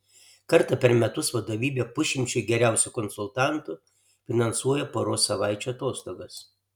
kartą per metus vadovybė pusšimčiui geriausių konsultantų finansuoja poros savaičių atostogas